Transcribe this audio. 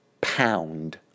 pound